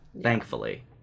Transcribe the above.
thankfully